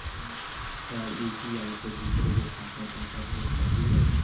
का यू.पी.आई से दूसरे के खाते में पैसा भेज सकी ले?